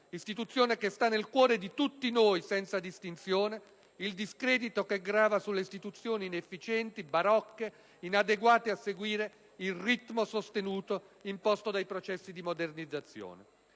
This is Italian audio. istituzione che sta nel cuore di tutti noi senza distinzione, il discredito che grava sulle istituzioni inefficienti, barocche, inadeguate a seguire il ritmo sostenuto imposto dai processi di modernizzazione.